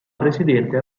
presidente